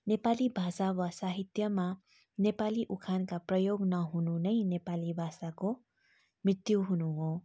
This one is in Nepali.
नेपाली भाषा वा साहित्यमा नेपाली उखानका प्रयोग नहुनु नै नेपाली भाषाको मृत्यु हुनु हो